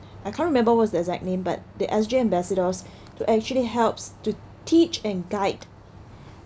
I can't remember what's the exact name but the S_G ambassadors to actually helps to teach and guide